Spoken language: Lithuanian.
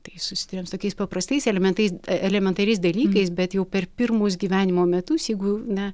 tai susiduriam su tokiais paprastais elementais elementariais dalykais bet jau per pirmus gyvenimo metus jeigu na